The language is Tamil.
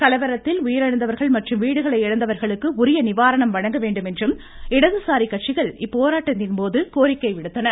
கலவரத்தில் உயிரிழந்தவர்கள் மற்றும் வீடுகளை இழந்தவர்களுக்கு உரிய நிவாரணம் வழங்கவேண்டும் என்றும் இடதுசாரிகள் கட்சிகள் இப்போராட்டத்தின் போது கேட்டுக்கொண்டன